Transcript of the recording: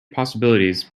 possibilities